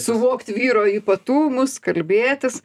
suvokt vyro ypatumus kalbėtis